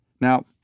Now